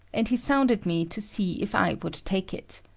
and he sounded me to see if i would take it.